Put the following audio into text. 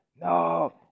no